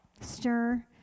Stir